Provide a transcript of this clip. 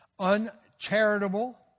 uncharitable